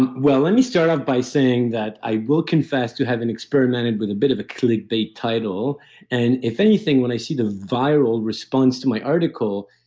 and well, let me start off by saying that i will confess to having experimented with a bit of a clickbait title and if anything, when i see the viral response to my article,